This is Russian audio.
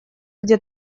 где